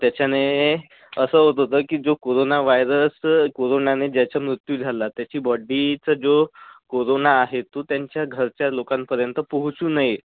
त्याच्याने असं होत होतं की जो कोरोना वायरस कोरोनाने ज्याचा मृत्यू झाला त्याची बॉडीचं जो कोरोना आहे तो त्यांच्या घरच्या लोकांपर्यंत पोहोचू नये